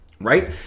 Right